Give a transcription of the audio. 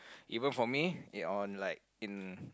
even for me in all like in